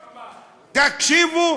תקשיבו,